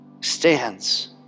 stands